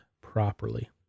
properly